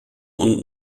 und